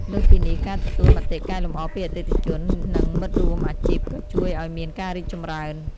លើសពីនេះ ការទទួលមតិកែលម្អពីអតិថិជន និងមិត្តរួមអាជីពក៏ជួយឱ្យមានការរីកចម្រើន។